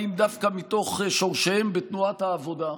באים דווקא מתוך שורשיהם בתנועת העבודה,